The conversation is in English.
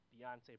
Beyonce